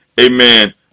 amen